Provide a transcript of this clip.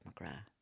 McGrath